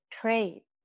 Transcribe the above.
trade